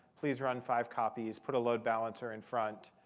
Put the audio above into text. please run five copies. put a load balancer in front.